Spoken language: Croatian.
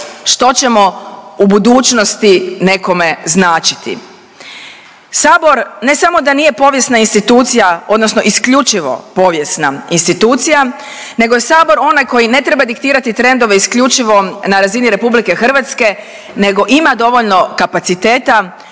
što ćemo u budućnosti nekome značiti? Sabor, ne samo da nije povijesna institucija, odnosno isključivo povijesna institucija, nego je Sabor onaj koji ne treba diktirati trendove isključivo na razini RH, nego ima dovoljno kapacitet